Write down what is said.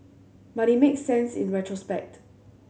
but it makes sense in retrospect